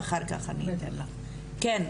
כן.